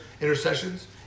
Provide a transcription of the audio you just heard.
intercessions